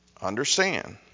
understand